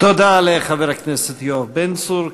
תודה לחבר הכנסת יואב בן צור,